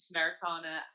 Americana